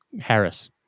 Harris